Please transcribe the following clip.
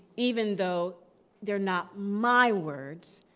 even though they're not my words.